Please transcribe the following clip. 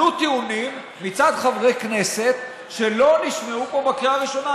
עלו טיעונים מצד חברי כנסת שלא נשמעו פה בקריאה הראשונה.